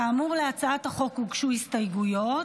כאמור, להצעת החוק הוגשו הסתייגויות,